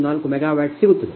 334 megawatt ಸಿಗುತ್ತದೆ